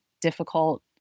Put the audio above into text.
difficult